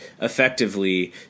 effectively